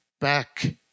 back